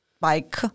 bike